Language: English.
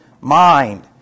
mind